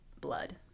blood